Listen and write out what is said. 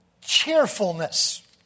cheerfulness